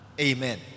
Amen